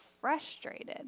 frustrated